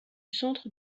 centre